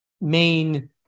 main